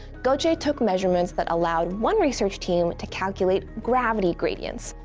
goce yeah took measurements that allowed one research team to calculate gravity gradients,